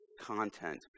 content